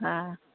ହଁ